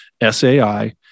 SAI